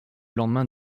lendemain